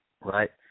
right